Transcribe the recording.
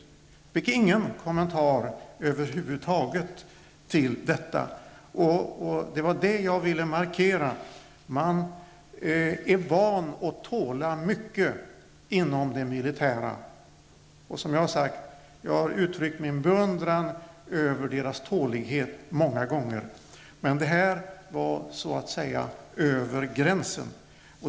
Jag fick ingen kommentar över huvud taget till detta, och det var det jag ville markera. Man är van att tåla mycket inom det militära. Jag har uttryckt min beundran över denna tålighet många gånger, men detta var så att säga över gränsen.